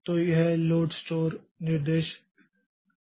तो यह load store निर्देश परमाणु हैं